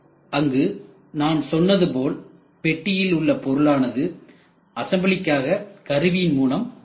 அங்கு நான் சொன்னது போல் பெட்டியில் உள்ள பொருளானது அசெம்பிளிக்காக கருவியின் மூலம் வருகிறது